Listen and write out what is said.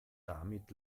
damit